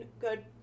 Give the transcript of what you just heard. good